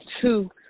two